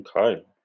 Okay